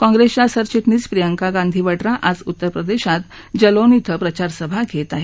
काँग्रेसच्या सरचिटणीस प्रियंका गांधी वड्रा आज उत्तरप्रदेशात जलौन ि ंध प्रचारसभा घेणार आहेत